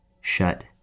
shut